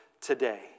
today